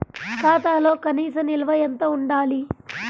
ఖాతాలో కనీస నిల్వ ఎంత ఉండాలి?